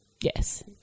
yes